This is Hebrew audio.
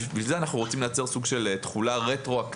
ובשביל זה אנחנו רוצים לייצר תחולה רטרואקטיבית